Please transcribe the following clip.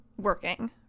working